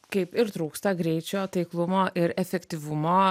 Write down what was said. kaip ir trūksta greičio taiklumo ir efektyvumo